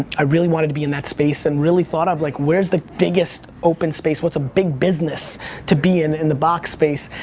i really wanted to be in that space and really thought of like, where's the biggest open space? what's a big business to be in in the box space?